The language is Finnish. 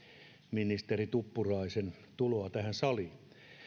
ministeri tuppuraisen tuloa tähän saliin